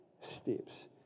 steps